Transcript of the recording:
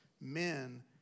men